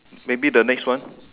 maybe the next one